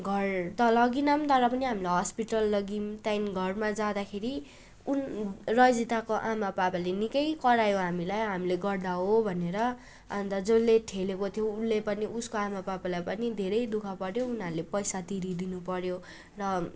घर त लगेनौँ तर पनि हामीले हस्पिटल लग्यौँ त्यहाँदेखि घरमा जाँदाखेरि उन रजिताको आमा पापाले निकै करायो हामीलाई हामीले गर्दा हो भनेर अन्त जसले ठेलेको थियो उसले पनि उसको आमा पापालाई पनि धेरै दुःख पऱ्यो उनीहरूले पैसा तिरिदिनु पऱ्यो र